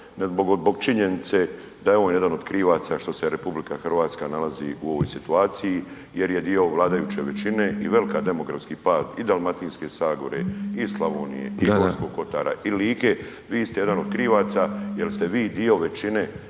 zbog činjenice da je on jedan od krivaca što se RH nalazi u ovoj situaciji jer je dio vladajuće većine i veliki demografski pad i Dalmatinske zagore i Slavonije i Gorskog Kotara i Like, vi ste jedan od krivaca jer ste vi dio većine